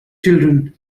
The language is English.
children